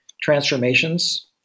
transformations